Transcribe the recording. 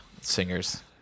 singers